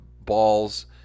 balls